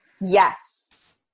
Yes